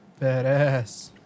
Badass